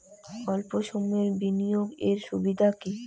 অল্প সময়ের বিনিয়োগ এর সুবিধা কি?